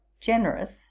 generous